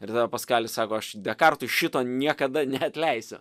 ir tada paskalis sako aš dekartui šito niekada neatleisiu